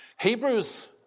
Hebrews